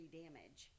damage